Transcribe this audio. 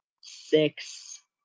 six